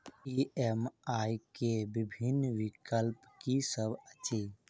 EMI केँ विभिन्न विकल्प की सब अछि